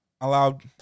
allowed